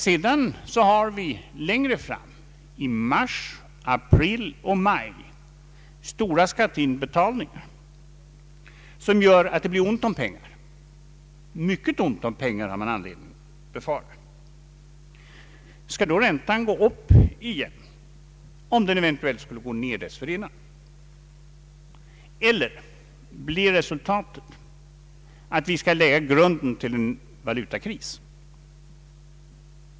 Vidare har vi längre fram — i mars, april och maj — stora skatteinbetalningar, som gör att det blir ont om pengar; mycket ont om pengar, har man anledning att befara. Skall då räntan gå upp igen, om den eventuellt skulle gå ner dessförinnan? Eller blir resultatet att vi nu lägger grunden till en valutakris?